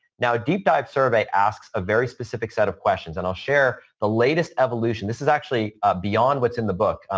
now, a deep dive survey asks a very specific set of questions, and i'll share the latest evolution. this is actually beyond what's in the book.